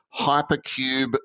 Hypercube